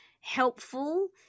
helpful